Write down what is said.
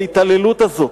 להתעללות הזו.